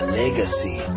legacy